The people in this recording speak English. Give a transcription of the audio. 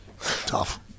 Tough